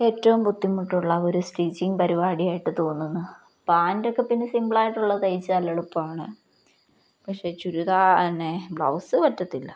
ഏറ്റവും ബുദ്ധിമുട്ടുള്ള ഒരു സ്റ്റിച്ചിങ് പരിപാടിയായിട്ടു തോന്നുന്നത് പാന്റൊക്കെ പിന്നെ സിമ്പിളായിട്ടുള്ള തയ്ച്ചാലെളുപ്പമാണ് പക്ഷെ ബ്ലൗസ് പറ്റത്തില്ല